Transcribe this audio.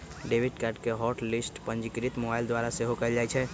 debit card hot हॉट लिस्ट पंजीकृत मोबाइल द्वारा सेहो कएल जाइ छै